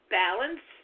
balance